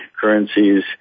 currencies